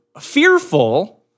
fearful